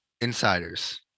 Insiders